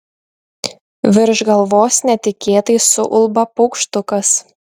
virš galvos netikėtai suulba paukštukas